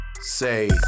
say